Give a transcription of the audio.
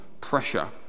pressure